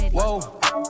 Whoa